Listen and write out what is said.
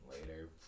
later